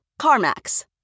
CarMax